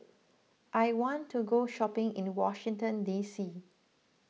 I want to go shopping in Washington D C